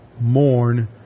mourn